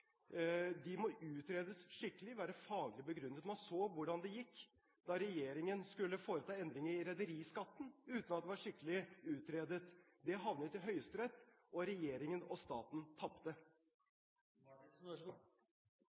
Det må utredes skikkelig, være faglig begrunnet. Man så hvordan det gikk da regjeringen skulle foreta endringer i rederiskatten, uten at det var skikkelig utredet. Det havnet i Høyesterett, og regjeringen og staten